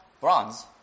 bronze